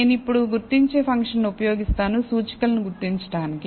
నేను ఇప్పుడు గుర్తించే ఫంక్షన్ను ఉపయోగిస్తాను సూచికలను గుర్తించడానికి